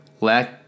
lack